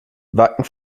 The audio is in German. wacken